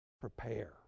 prepare